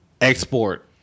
export